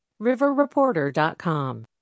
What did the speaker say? riverreporter.com